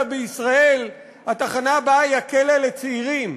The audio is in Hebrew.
בישראל התחנה הבאה היא הכלא לצעירים.